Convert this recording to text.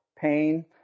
pain